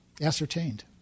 ascertained